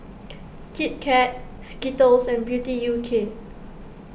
Kit Kat Skittles and Beauty U K